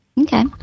Okay